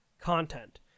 content